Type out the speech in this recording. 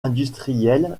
industriel